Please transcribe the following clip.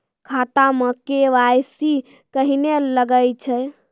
खाता मे के.वाई.सी कहिने लगय छै?